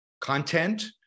content